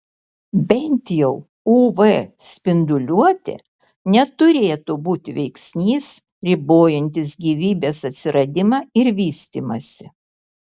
bent jau uv spinduliuotė neturėtų būti veiksnys ribojantis gyvybės atsiradimą ir vystymąsi